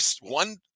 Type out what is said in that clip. one